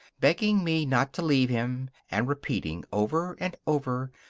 begging me not to leave him, and repeating, over and over,